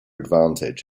advantage